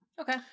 Okay